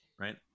right